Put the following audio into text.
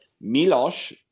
Milos